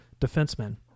Defensemen